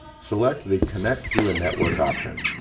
select the connect through a network option.